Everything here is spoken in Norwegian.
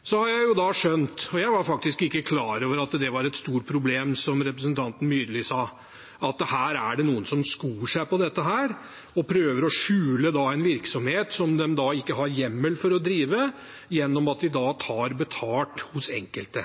Jeg har skjønt – og jeg var faktisk ikke klar over at det var et stort problem, slik representanten Myrli sa – at det er noen som skor seg på det og prøver å skjule en virksomhet de ikke har hjemmel for å drive, ved at de tar betalt fra enkelte.